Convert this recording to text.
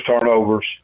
turnovers